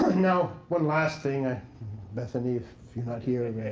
now, one last thing. ah bethany, if you're not here,